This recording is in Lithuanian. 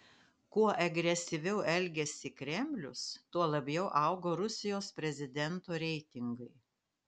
kuo agresyviau elgėsi kremlius tuo labiau augo rusijos prezidento reitingai